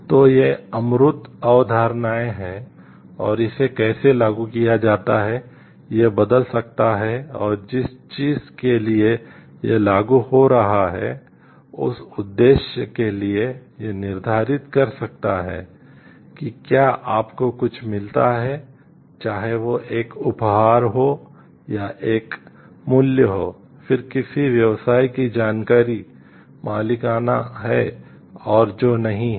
तो ये अमूर्त अवधारणाएं हैं और इसे कैसे लागू किया जाता है यह बदल सकता है और जिस चीज के लिए यह लागू हो रहा है उस उद्देश्य के लिए यह निर्धारित कर सकता है कि क्या आपको कुछ मिलता है चाहे वह एक उपहार हो या यह एक मूल्य हो फिर किसी व्यवसाय की जानकारी मालिकाना है और जो नहीं है